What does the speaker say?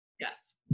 Yes